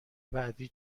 بعدی